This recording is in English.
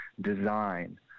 design